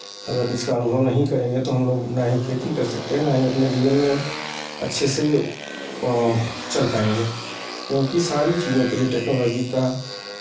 अगर इसका अनुभव नहीं करेंगे तो हम लोग ना ही खेती कर सकते हैं ना ही अपने जीवन में अच्छे से चल पाएंगे क्योंकि सारी चीज़ों के लिए टेक्नोलॉजी का